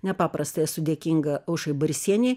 nepaprastai esu dėkinga aušrai barysienei